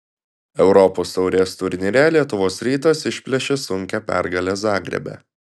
europos taurės turnyre lietuvos rytas išplėšė sunkią pergalę zagrebe